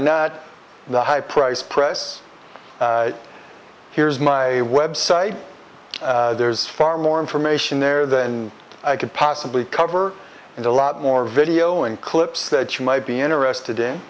at the high priced press here's my website there's far more information there than i could possibly cover and a lot more video and clips that you might be interested in